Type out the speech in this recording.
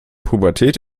pubertät